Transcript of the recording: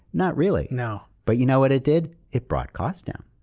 not really. no. but you know what it did? it brought cost down.